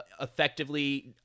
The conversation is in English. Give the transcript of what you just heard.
effectively